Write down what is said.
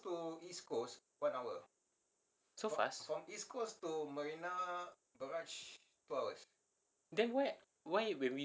so fast then why why when we